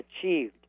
achieved